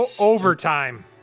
Overtime